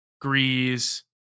Grease